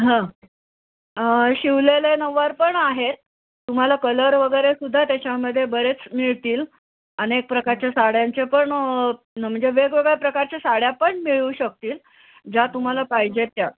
हं शिवलेले नऊवार पण आहेत तुम्हाला कलर वगैरेसुद्धा त्याच्यामध्ये बरेच मिळतील अनेक प्रकारच्या साड्यांचे पण म्हणजे वेगवेगळ्या प्रकारच्या साड्या पण मिळू शकतील ज्या तुम्हाला पाहिजेत त्या